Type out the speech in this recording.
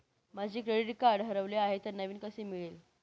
माझे credit card हरवले आहे तर नवीन कसे मिळेल?